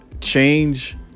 change